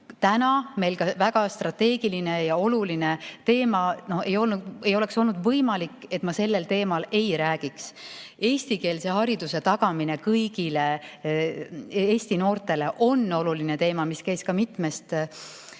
on meil väga strateegiline ja oluline teema. Ei oleks olnud võimalik, et ma sellel teemal ei räägiks. Eestikeelse hariduse tagamine kõigile Eesti noortele on oluline teema, mis käis ka mitmest